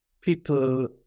people